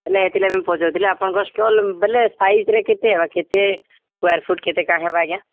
ଏଥିଲାଗି ପଚାରୁଥିଲି ଷ୍ଟଲ୍ ବୋଲେ ସାଇଜ୍ରେ କେତେ ହେବା କେତେ ସ୍କୋୟାର୍ ଫୁଟ କେତେ କାଣା ହେବା ଆଜ୍ଞା